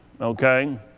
okay